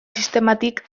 sistematik